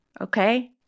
Okay